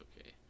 okay